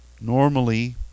normally